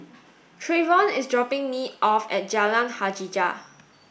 Trayvon is dropping me off at Jalan Hajijah